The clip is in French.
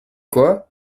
quoi